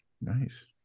Nice